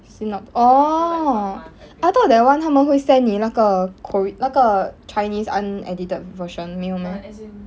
is he not oh I thought that [one] 他们会 send 你那个 quarried 那个 chinese unedited version 没有 meh